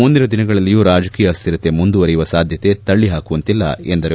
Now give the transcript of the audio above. ಮುಂದಿನ ದಿನಗಳಲ್ಲಿಯೂ ರಾಜಕೀಯ ಅಸ್ಟಿರತೆ ಮುಂದುವರೆಯುವ ಸಾಧ್ಯತೆ ತಳ್ಟಿಹಾಕುವಂತಿಲ್ಲ ಎಂದರು